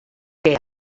què